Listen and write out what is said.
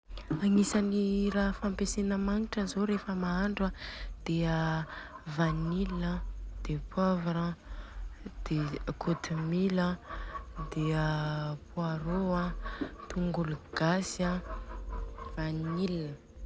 Agnisany ra fampesena magnitra zô rehefa mahandro an de a vanille an de poivre an de kôtimila an de a pôaro an tongolo gasy an, vanille.